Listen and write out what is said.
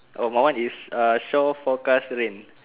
oh my one is uh shore forecast rain